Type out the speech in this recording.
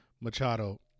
Machado